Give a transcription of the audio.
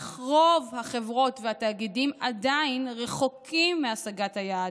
אך רוב החברות והתאגידים עדיין רחוקים מהשגת היעד,